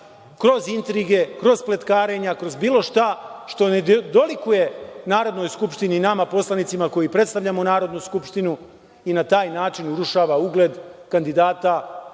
kroz intrige, kroz spletkarenja, kroz bilo šta što ne dolikuje Narodnoj skupštini i nama poslanicima koji predstavljamo Narodnu skupštinu i na taj način urušava ugled kandidata